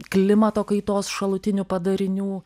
klimato kaitos šalutinių padarinių